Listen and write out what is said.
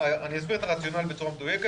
אסביר את הרציונל בצורה מדויקת,